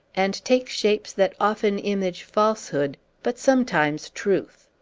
and take shapes that often image falsehood, but sometimes truth.